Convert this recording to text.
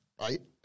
Right